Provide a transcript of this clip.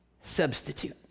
substitute